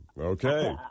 Okay